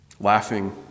Laughing